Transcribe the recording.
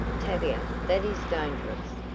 tavia, that is dangerous!